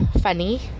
funny